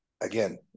again